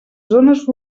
zones